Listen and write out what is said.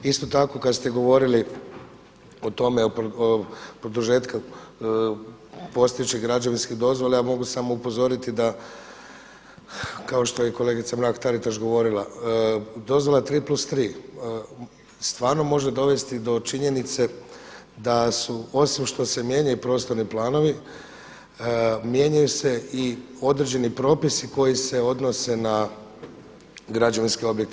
Isto tako kada ste govorili o tome o produžetku postojeće građevinske dozvole, ja mogu samo upozoriti da kao što je kolegica Mrak Taritaš govorila, dozvola tri plus tri stvarno može dovesti do činjenice da su osim što se mijenjaju prostorni planovi mijenjaju se i određeni propisi koji se odnose na građevinske objekte.